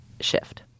shift